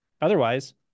Otherwise